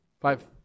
Five